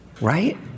right